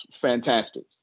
fantastic